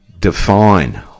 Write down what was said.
define